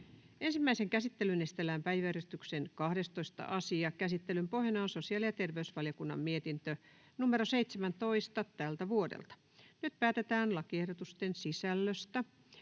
Ensimmäiseen käsittelyyn esitellään päiväjärjestyksen 12. asia. Käsittelyn pohjana on sosiaali- ja terveysvaliokunnan mietintö StVM 17/2024 vp. Nyt päätetään lakiehdotusten sisällöstä.